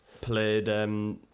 played